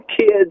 kids